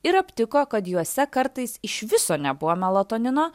ir aptiko kad juose kartais iš viso nebuvo melatonino